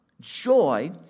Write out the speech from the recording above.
joy